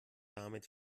damit